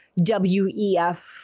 WEF